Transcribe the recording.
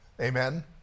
Amen